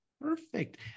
Perfect